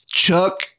Chuck